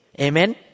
Amen